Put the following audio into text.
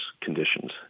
conditions